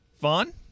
fun